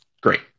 great